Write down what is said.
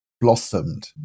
blossomed